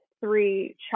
three